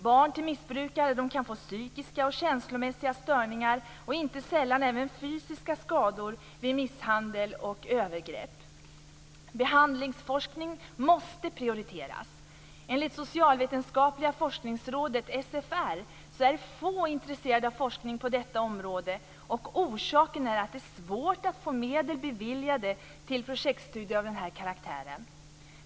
Barn till missbrukare kan få psykiska och känslomässiga störningar och inte sällan även fysiska skador vid misshandel och övergrepp. Behandlingsforskning måste prioriteras. Enligt Socialvetenskapliga forskningsrådet, SFR, är få intresserade av forskning på detta område. Orsaken är att det är svårt att få medel beviljade till projektstudier av den här karaktären.